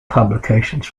publications